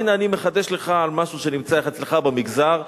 אז הנה אני מחדש לך על משהו שנמצא אצלך במגזר.